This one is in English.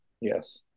yes